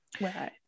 Right